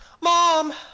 mom